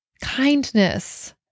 kindness